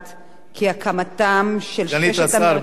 סגנית השר, בבקשה.